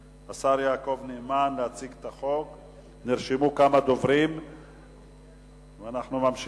עברה בקריאה ראשונה ותועבר לוועדת הפנים והגנת